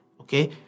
okay